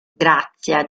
grazia